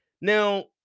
Now